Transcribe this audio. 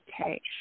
okay